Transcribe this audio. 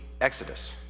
Exodus